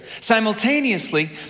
Simultaneously